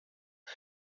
kła